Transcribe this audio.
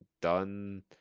done